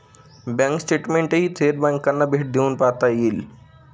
bank स्टेटमेंटही थेट बँकांना भेट देऊन पाहता येईल